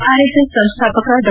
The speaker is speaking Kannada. ಆರ್ಎಸ್ಎಸ್ ಸಂಸ್ಥಾಪಕ ಡಾ